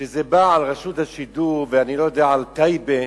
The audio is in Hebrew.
שזה בא על רשות השידור ואני לא יודע, על טייבה,